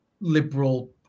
liberal